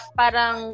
parang